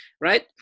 Right